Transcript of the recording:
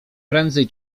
prędzej